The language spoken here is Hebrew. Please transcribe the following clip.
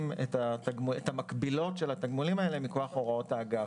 את המקבילות של התגמולים האלה מכוח הוראות האגף.